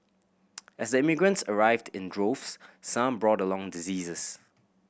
as the immigrants arrived in droves some brought along diseases